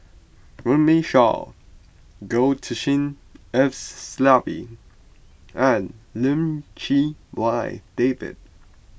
Runme Shaw Goh Tshin En Sylvia and Lim Chee Wai David